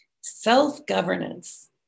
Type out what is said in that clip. self-governance